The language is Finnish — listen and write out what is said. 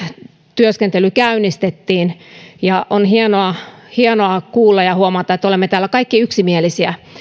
työskentely käynnistettiin ja on hienoa hienoa kuulla ja huomata että olemme täällä kaikki yksimielisiä